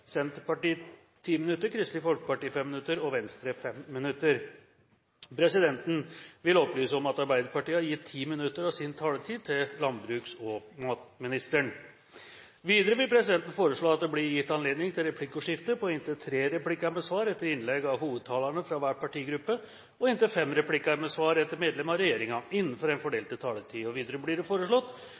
Senterpartiet 10 minutter, Kristelig Folkeparti 5 minutter og Venstre 5 minutter. Presidenten vil opplyse om at Arbeiderpartiet har gitt 10 minutter av sin taletid til landbruks- og matministeren. Videre vil presidenten foreslå at det blir gitt anledning til replikkordskifte på inntil tre replikker med svar etter innlegg fra hovedtalerne fra hver partigruppe og inntil fem replikker med svar etter innlegg fra medlem av regjeringen innenfor den fordelte taletiden. Videre blir det foreslått